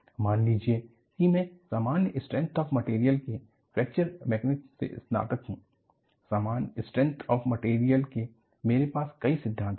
मान लीजिए कि मैं सामान्य स्ट्रैंथ ऑफ मटेरियल के फ्रैक्चर मैकेनिक से स्नातक हूं सामान्य स्ट्रैंथ ऑफ मटेरियल के मेरे पास कई सिद्धांत थे